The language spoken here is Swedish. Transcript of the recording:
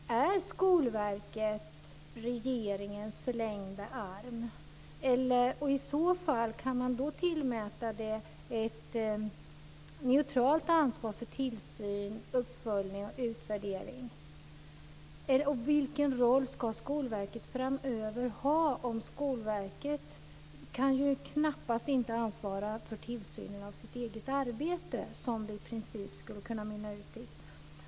Är Skolverket regeringens förlängda arm? I så fall, kan man tillmäta det ett neutralt ansvar för tillsyn, uppföljning och utvärdering? Och vilken roll ska Skolverket ha framöver? Skolverket kan ju knappast ansvara för tillsynen av sitt eget arbete, vilket det här i princip skulle kunna mynna ut i.